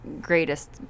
greatest